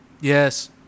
Yes